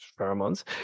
pheromones